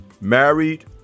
married